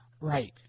Right